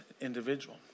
individual